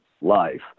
life